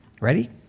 Ready